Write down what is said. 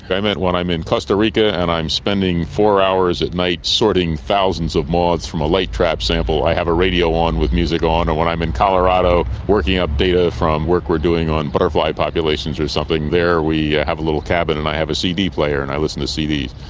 i meant when i'm in costa rica and i'm spending four hours at night sorting thousands of moths from a light trap sample, i have a radio on with music on. or when i'm in colorado working up data from work we're doing on butterfly populations or something there, there we have a little cabin and i have a cd player and i listen to cds.